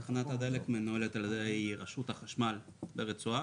תחנת הדלק מנוהלת על ידי רשות החשמל ברצועה